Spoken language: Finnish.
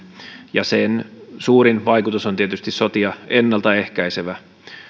ja sen suurin vaikutus on tietysti olla sotia ennaltaehkäisevä